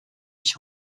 ich